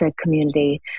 community